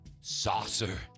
saucer